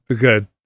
good